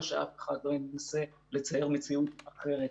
ושאף אחד לא ינסה לצייר מציאות אחרת.